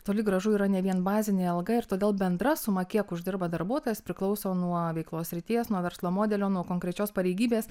toli gražu yra ne vien bazinė alga ir todėl bendra suma kiek uždirba darbuotojas priklauso nuo veiklos srities nuo verslo modelio nuo konkrečios pareigybės